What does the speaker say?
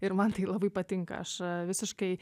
ir man tai labai patinka aš visiškai